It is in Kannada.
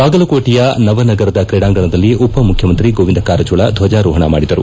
ಬಾಗಲಕೋಟೆಯ ನವನಗರದ ತ್ರೀಡಾಂಗಣದಲ್ಲಿ ಉಪ ಮುಖ್ಯಮಂತ್ರಿ ಗೋವಿಂದ ಕಾರಜೋಳ ಧ್ವಜಾರೋಹಣ ಮಾಡಿದರು